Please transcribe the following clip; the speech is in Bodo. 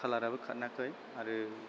खालाराबो खाराखै आरो